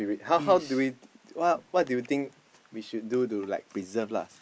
how how do we what what do you think we should do to like preserve lah